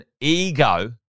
ego